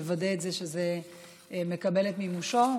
לוודא שזה מקבל את מימושו,